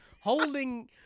holding